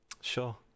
sure